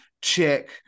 check